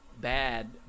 bad